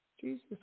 Jesus